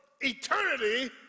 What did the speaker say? eternity